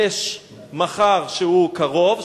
יש מחר שהוא קרוב,